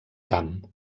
camp